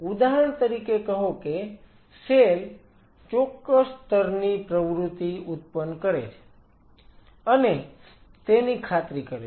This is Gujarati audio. ઉદાહરણ તરીકે કહો કે સેલ ચોક્કસ સ્તરની પ્રવૃત્તિ ઉત્પન્ન કરે છે અને તેની ખાતરી કરે છે